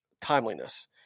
timeliness